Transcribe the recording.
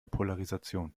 polarisation